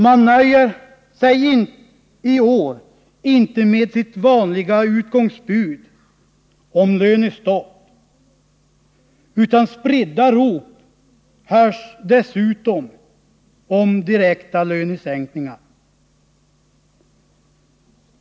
Man nöjer sig i år inte med sitt vanliga utgångsbud om lönestopp, utan spridda rop hörs dessutom om direkta lönesänkningar.